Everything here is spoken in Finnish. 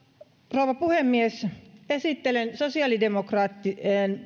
rouva puhemies esittelen sosiaalidemokraattien